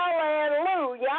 Hallelujah